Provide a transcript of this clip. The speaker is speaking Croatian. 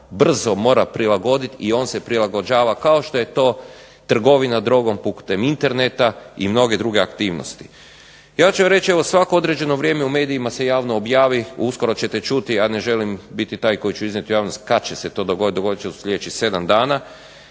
brzo mora prilagodit i on se prilagođava kao što je to trgovina drogom putem interneta i mnoge druge aktivnosti. Ja ću vam reći, evo svako određeno vrijeme u medijima se javno objavi, uskoro ćete čuti, ja ne želim biti taj koji će iznijeti u javnost kad će se to dogodit, dogodit će se u sljedećih sedam dana,